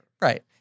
Right